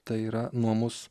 tai yra nuo mus